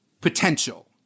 potential